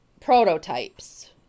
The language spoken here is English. prototypes